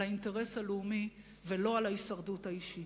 האינטרס הלאומי ולא על ההישרדות האישית.